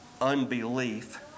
unbelief